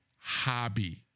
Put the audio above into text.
hobby